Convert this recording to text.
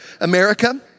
America